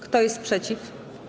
Kto jest przeciw?